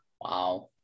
Wow